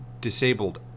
disabled